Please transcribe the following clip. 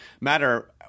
matter –